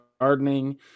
gardening